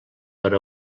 per